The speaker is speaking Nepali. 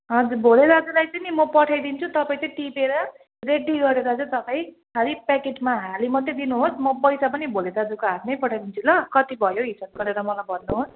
हजुर भोले दाजुलाई चाहिँ नि म पठाइदिन्छु तपाईँ चाहिँ टिपेर रेडी गरेर चाहिँ तपाईँ खालि प्याकेटमा हाली मात्रै दिनुहोस् म पैसा पनि भोले दाजुको हातमै पठाइदिन्छु ल कति भयो हिसाब गरेर मलाई भन्नुहोस्